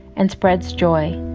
and spreads joy.